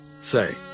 Say